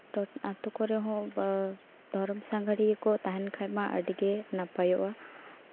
ᱟᱹᱛᱩ ᱠᱚᱨᱮᱦᱚᱸ ᱫᱷᱚᱨᱚᱢ ᱥᱟᱸᱜᱷᱟᱹᱨᱤᱭᱟᱹ ᱠᱚ ᱛᱟᱦᱮᱱ ᱠᱷᱟᱱᱼᱢᱟ ᱟᱹᱰᱤᱜᱮ ᱱᱟᱯᱟᱭᱚᱜᱼᱟ